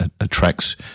attracts